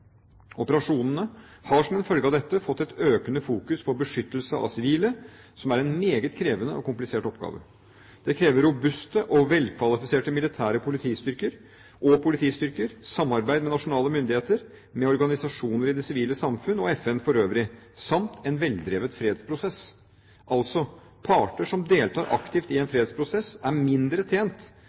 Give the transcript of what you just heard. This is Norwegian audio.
Operasjonene har som en følge av dette fått et økende fokus på beskyttelse av sivile, som er en meget krevende og komplisert oppgave. Det krever robuste og velkvalifiserte militære styrker og politistyrker, samarbeid med nasjonale myndigheter, med organisasjoner i det sivile samfunn og FN for øvrig, samt en veldrevet fredsprosess – altså parter som deltar aktivt i en fredsprosess, er mindre tjent